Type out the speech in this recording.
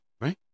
right